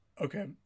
Okay